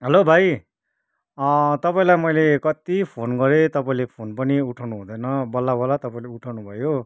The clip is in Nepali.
हेलो भाइ तपाईँलाई मैले कत्ति फोन गरेँ तपाईँले फोन पनि उठाउनु हुँदैन बल्ल बल्ल तपाईँले उठाउनु भयो